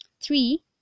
three